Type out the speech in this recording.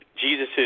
Jesus